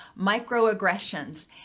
microaggressions